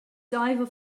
diver